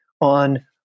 on